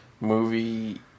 movie